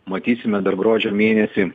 matysime dar gruodžio mėnesį